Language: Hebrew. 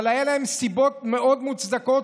אבל היו להם סיבות מאוד מוצדקות,